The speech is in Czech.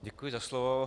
Děkuji za slovo.